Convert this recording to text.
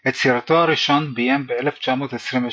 את סרטו הראשון ביים ב-1927,